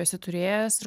esi turėjęs ir